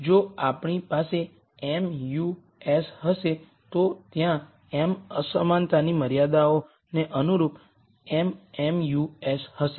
ઓ જો આપણી પાસે m μ s હશે તો ત્યાં m અસમાનતાની મર્યાદાઓને અનુરૂપ એમ m μ s હશે